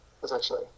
potentially